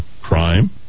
crime